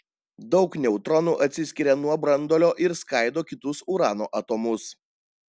daug neutronų atsiskiria nuo branduolio ir skaido kitus urano atomus